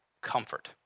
comfort